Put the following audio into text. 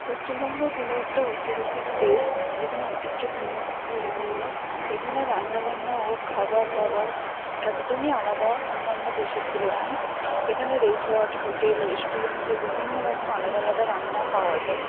পশ্চিমবঙ্গ হলো একটা ঐতিহাসিক দেশ যেখানে ঐতিহ্যপূর্ণ পরিপূর্ণ এখানে রান্না বান্না ও খাবার দাবার একদমই আলাদা অন্যান্য দেশের তুলনায় এখানে রিসর্ট হোটেল রেস্টুরেন্টে বিভিন্ন রকম আলাদা আলাদা রান্না পাওয়া যায়